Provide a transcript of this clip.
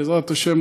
בעזרת השם,